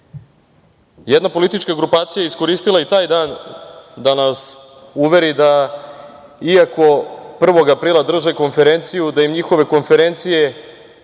jedna politička grupacija iskoristila je i taj dan da nas uveri da, iako 1. aprila drže konferenciju, da im njihove konferencije